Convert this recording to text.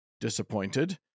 disappointed